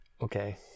Okay